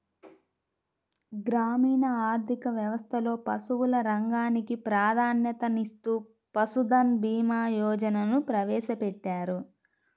గ్రామీణ ఆర్థిక వ్యవస్థలో పశువుల రంగానికి ప్రాధాన్యతనిస్తూ పశుధన్ భీమా యోజనను ప్రవేశపెట్టారు